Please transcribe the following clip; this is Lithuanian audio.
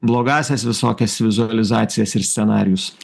blogąsias visokias vizualizacijas ir scenarijus